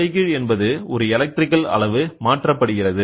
தலைகீழ் என்பது ஒரு எலக்ட்ரிகல் அளவு மாற்றப்படுகிறது